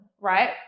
Right